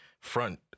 front